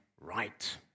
right